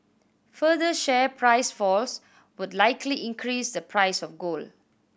further share price falls would likely increase the price of gold